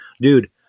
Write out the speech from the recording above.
Dude